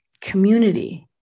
Community